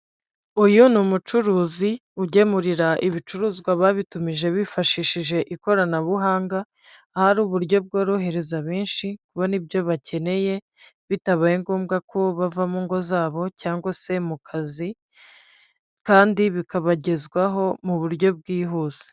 Uyu ni umucuruzi ugemurira ibicuruzwa ababitumije bifashishije ikoranabuhanga hari uburyo bworohereza benshi kubona ibyo bakeneye bitabaye ngombwa ko bava mu ngo zabo cyangwa se mu kazi kandi bikabagezwaho mu buryo bwihuse.